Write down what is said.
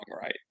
right